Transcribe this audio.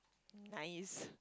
nice